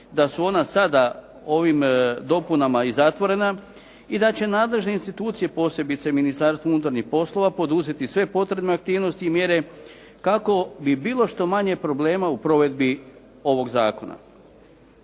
da su o na sada ovim dopunama i zatvorena i da će nadležne institucije posebice Ministarstvo unutarnjih poslova poduzeti sve potrebne aktivnosti i mjere kako bi bilo što manje problema u provedbi ovog zakona.